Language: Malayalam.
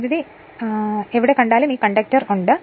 വൈദ്യുതി എവിടെ കണ്ടാലും ഈ കണ്ടക്ടർ ഉണ്ട്